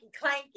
clanky